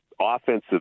offensive